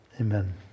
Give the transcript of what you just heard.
amen